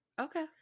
Okay